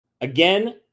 Again